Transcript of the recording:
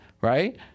Right